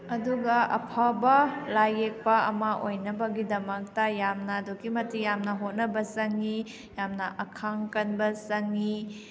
ꯑꯗꯨꯒ ꯑꯐꯕ ꯂꯥꯏ ꯌꯦꯛꯄ ꯑꯃ ꯑꯣꯏꯅꯕꯒꯤꯗꯃꯛꯇ ꯌꯥꯝꯅ ꯑꯗꯨꯒꯤꯃꯇꯤꯛ ꯌꯥꯝꯅ ꯍꯣꯠꯅꯕ ꯆꯪꯉꯤ ꯌꯥꯝꯅ ꯑꯈꯥꯡꯀꯟꯕ ꯆꯪꯉꯤ